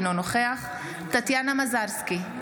אינו נוכח טטיאנה מזרסקי,